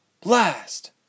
Blast